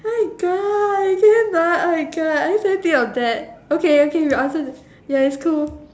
oh my god can you now oh my god I just can only think of that okay okay you answer ya it's cool